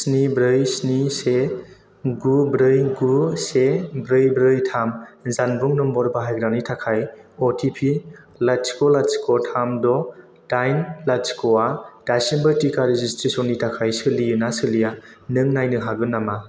स्नि ब्रै स्नि से गु ब्रै गु से ब्रै ब्रै थाम जानबुं नम्बर बाहायग्रानि थाखाय अटिपि लाथिख' लाथिख' थाम द' दाइन लाथिख' आ दासिमबो टिका रेजिसट्रेसननि थाखाय सोलियोना सोलिया नों नायनो हागोन नामा